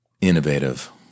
Innovative